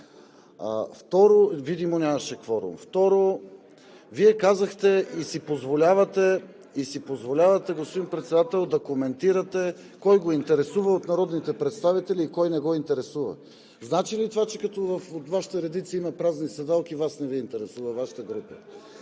Видимо нямаше кворум. Второ, Вие казахте и си позволявате, господин Председател, кой го интересува от народните представители и кой не го интересува! Значи ли това, че като от Вашите редици има празни седалки, Вас не Ви интересува Вашата група?